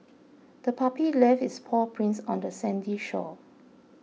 the puppy left its paw prints on the sandy shore